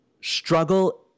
struggle